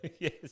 Yes